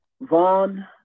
Vaughn